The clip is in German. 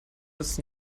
bis